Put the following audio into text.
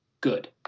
good